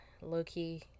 low-key